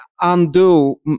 undo